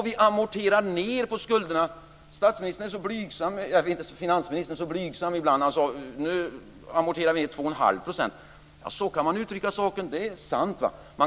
Vi amorterar på skulderna. Finansministern är så blygsam att han säger att vi amorterar med 21⁄2 %. Det är sant; så kan man uttrycka saken.